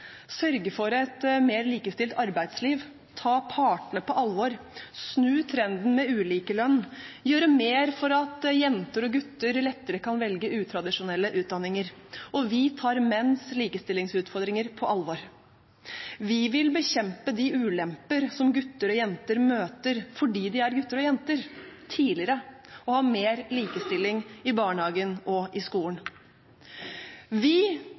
sørge for et mer likestilt arbeidsliv, ta partene på alvor, snu trenden med ulikelønn, gjøre mer for at jenter og gutter lettere kan velge utradisjonelle utdanninger, og vi tar menns likestillingsutfordringer på alvor. Vi vil bekjempe de ulemper som gutter og jenter møter fordi de er gutter og jenter, tidligere, og ha mer likestilling i barnehagen og i skolen. Vi